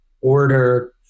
order